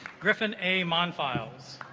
griffin a man files